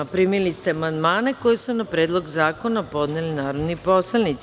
Primili ste amandmane koje su na Predlog zakona podneli narodni poslanici.